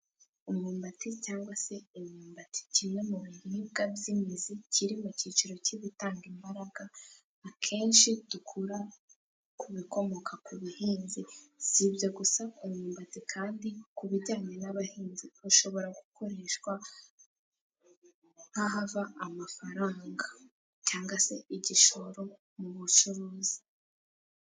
Umwumbati cyangwa se imyumbati kimwe mu biribwa by'imizi, kiri mu cyiciro cy'ibitanga imbaraga akenshi dukura ku bikomoka ku buhinzi, si ibyo gusa imyumbati kandi ku bijyanye n'abahinzi hashobora gukoreshwa nk'ahava amafaranga, cyangwa se igishoro mu bucuruzi.